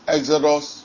Exodus